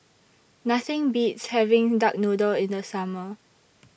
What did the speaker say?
Nothing Beats having Duck Noodle in The Summer